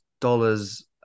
dollars